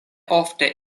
ofte